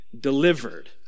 delivered